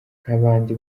nkabandi